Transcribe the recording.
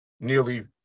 nearly